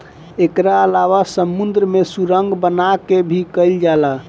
एकरा अलावा समुंद्र में सुरंग बना के भी कईल जाला